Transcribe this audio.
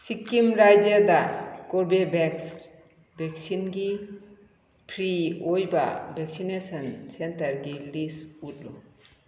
ꯁꯤꯀꯤꯝ ꯔꯥꯖ꯭ꯌꯗ ꯀꯣꯔꯕꯦꯕꯦꯛꯁ ꯚꯦꯛꯁꯤꯟꯒꯤ ꯐ꯭ꯔꯤ ꯑꯣꯏꯕ ꯚꯦꯛꯁꯤꯅꯦꯁꯟ ꯁꯦꯟꯇꯔꯒꯤ ꯂꯤꯁ ꯎꯠꯂꯨ